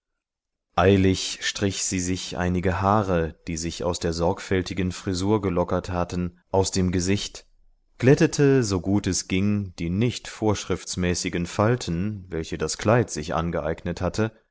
eilig strich sie sich einige haare die sich aus der sorgfältigen frisur gelockert hatten aus dem gesicht glättete so gut es ging die nicht vorschriftsmäßigen falten welche das kleid sich angeeignet hatte